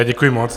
Děkuji moc.